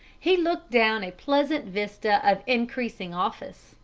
he looked down a pleasant vista of increasing office,